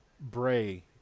Bray